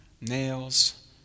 nails